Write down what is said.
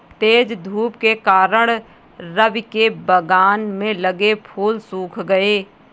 तेज धूप के कारण, रवि के बगान में लगे फूल सुख गए